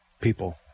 people